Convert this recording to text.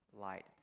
light